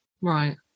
Right